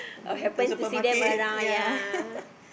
or happen to see them around yea